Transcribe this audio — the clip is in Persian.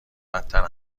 بدتر